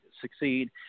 succeed